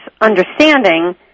understanding